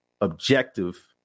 objective